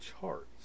charts